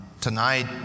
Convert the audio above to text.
tonight